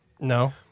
No